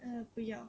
uh 不要